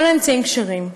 כל האמצעים כשרים,